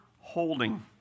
Holding